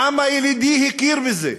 העם הילידי הכיר בזה.